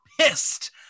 pissed